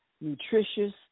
nutritious